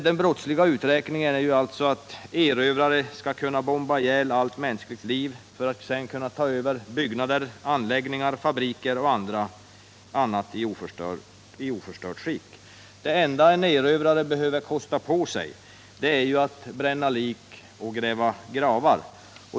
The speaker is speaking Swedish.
Den brottsliga uträkningen är alltså att en erövrare skall kunna bomba ihjäl allt mänskligt liv för att sedan ta över byggnader, anläggningar, fabriker och annat i oförstört skick. Det enda en erövrare behöver kosta på sig är att bränna lik och gräva gravar.